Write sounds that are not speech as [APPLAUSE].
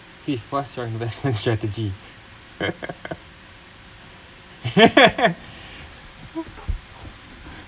keith what's your investment strategy [LAUGHS]